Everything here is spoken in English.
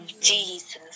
Jesus